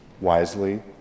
wisely